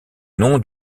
nom